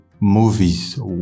Movies